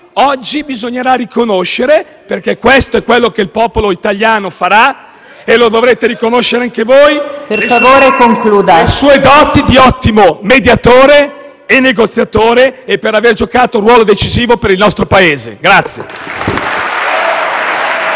oggi bisognerà riconoscere - perché questo è ciò che il popolo italiano farà, e lo dovrete riconoscere anche voi - le sue doti di ottimo mediatore e negoziatore, per aver giocato un ruolo decisivo per il nostro Paese.